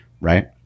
right